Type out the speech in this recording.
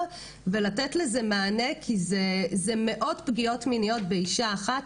ולתת לזה מענה כי זה מאות פגיעות מיניות באישה אחת,